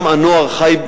גם הנוער חי,